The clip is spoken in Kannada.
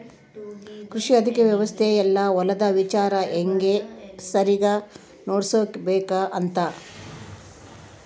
ಕೃಷಿ ಆರ್ಥಿಕ ವ್ಯವಸ್ತೆ ಯೆಲ್ಲ ಹೊಲದ ವಿಚಾರ ಹೆಂಗ ಸರಿಗ ನೋಡ್ಕೊಬೇಕ್ ಅಂತ